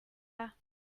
pas